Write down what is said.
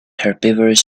herbivorous